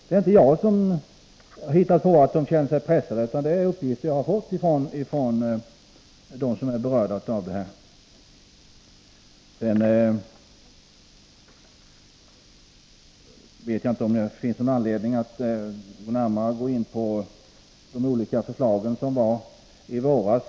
Jag har inte hittat på att de känner sig pressade, utan jag har från dem som är berörda av det här fått uppgifter härom. Jag vet inte om det finns någon anledning att närmare gå in på de olika förslag som förelåg i våras.